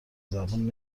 زبون